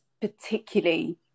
particularly